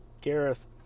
Gareth